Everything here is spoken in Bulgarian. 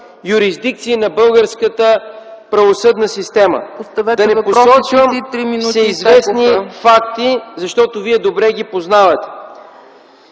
юрисдикции на българската правосъдна система. Да не посочвам всеизвестни факти, защото Вие добре ги познавате.